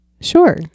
sure